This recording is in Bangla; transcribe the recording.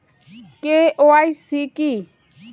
কে.ওয়াই.সি কী?